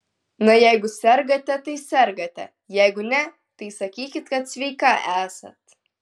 na jeigu sergate tai sergate jeigu ne tai sakykit kad sveika esat